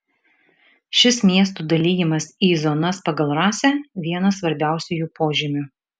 šis miestų dalijimas į zonas pagal rasę vienas svarbiausiųjų požymių